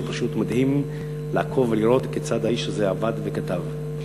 זה פשוט מדהים לעקוב ולראות כיצד האיש הזה עבד וכתב.